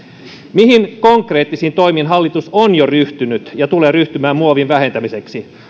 mihin konkreettisiin toimiin hallitus on jo ryhtynyt ja tulee ryhtymään muovin vähentämiseksi